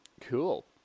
Cool